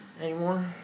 anymore